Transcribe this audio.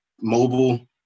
mobile